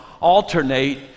alternate